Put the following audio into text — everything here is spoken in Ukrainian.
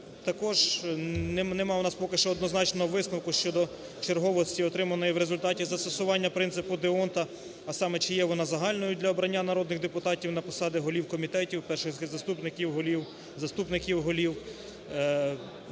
Також нема в нас поки що однозначного висновку щодо черговості отриманої в результаті застосування принципу д'Ондта, а саме: чи є вона загальною для обрання народних депутатів на посади голів комітетів, перших заступників голів,